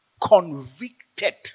convicted